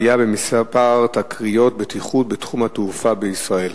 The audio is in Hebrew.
עלייה במספר תקריות בטיחות בתחום התעופה בישראל,